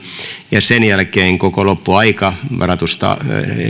sen jälkeen koko loppuaika varatusta